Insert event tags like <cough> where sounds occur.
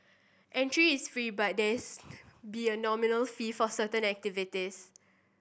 entry is free but there <unintelligible> be a nominal fee for certain activities